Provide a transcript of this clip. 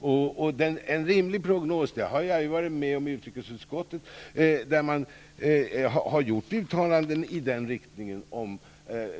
Jag har varit med om att göra en rimlig prognos i utrikesutskottet. Där har man gjort uttalanden om